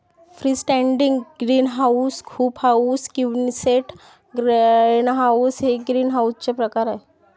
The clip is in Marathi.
free standing greenhouse, hoop house, Quonset greenhouse हे ग्रीनहाऊसचे प्रकार आहे